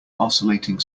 oscillating